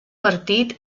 partit